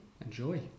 Enjoy